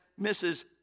Mrs